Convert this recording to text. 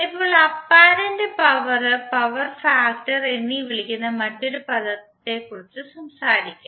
ഇപ്പോൾ apparent power power factor എന്ന് വിളിക്കുന്ന മറ്റൊരു പദത്തെക്കുറിച്ച് സംസാരിക്കാം